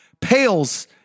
pales